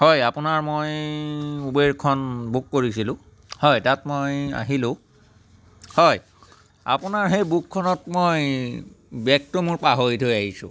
হয় আপোনাৰ মই উবেৰখন বুক কৰিছিলোঁ হয় তাত মই আহিলোঁ হয় আপোনাৰ সেই বুকখনত মই বেগটো মোৰ পাহৰি থৈ আহিছোঁ